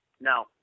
No